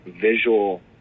visual